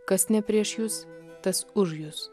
kas ne prieš jus tas už jus